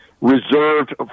reserved